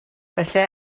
efallai